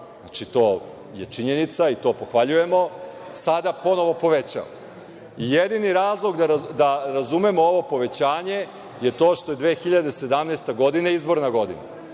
to je činjenica i to pohvaljujemo, sada ponovo povećava. Jedini razlog da razumem ovo povećanje je što je 2017. godina izborna godina.